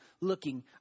looking